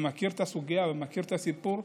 מכיר את הסוגיה ומכיר את הסיפור.